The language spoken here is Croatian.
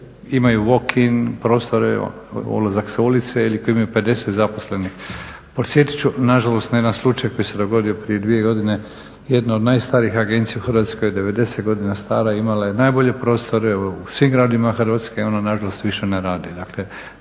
imaju walking prostore, ulazak sa ulice ili koji imaju 50 zaposlenih. Podsjetiti ću nažalost na jedan slučaj koji se dogodio prije dvije godine, jedna od najstarijih agencija u Hrvatskoj 90 godina stara imala je najbolje prostore u svim gradovima Hrvatske, ona nažalost više ne radi.